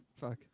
Fuck